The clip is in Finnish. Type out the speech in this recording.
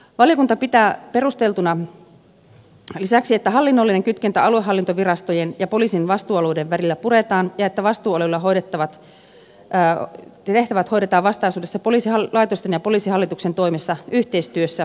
valiokunta pitää perusteltuna että hallinnollinen kytkentä aluehallintovirastojen ja poliisin vastuualueiden välillä puretaan ja että vastuualueilla hoidettavat tehtävät hoidetaan vastaisuudessa poliisilaitosten ja poliisihallituksen toimesta yhteistyössä aluehallintovirastojen kanssa